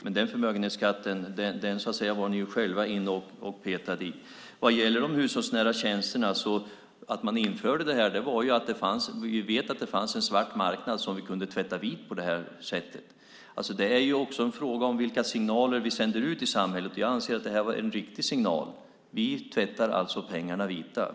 Men den förmögenhetsskatten var ni ju själva inne och petade i. Sedan gäller det de hushållsnära tjänsterna. Att det här infördes hänger ju samman med att vi visste att det fanns en svart marknad som vi på det här sättet kunde tvätta vit. Det är ju också en fråga om vilka signaler vi sänder ut i samhället. Jag anser att det här var en riktig signal. Vi tvättar alltså pengarna vita.